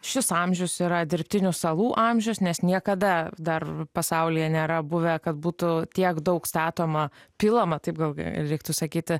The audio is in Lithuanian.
šis amžius yra dirbtinių salų amžius nes niekada dar pasaulyje nėra buvę kad būtų tiek daug statoma pilama taip gal reiktų sakyti